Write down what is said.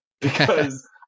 because-